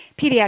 pediatric